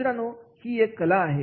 मित्रांनो ही एक कला आहे